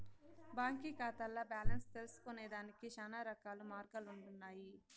బాంకీ కాతాల్ల బాలెన్స్ తెల్సుకొనేదానికి శానారకాల మార్గాలుండన్నాయి